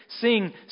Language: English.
seeing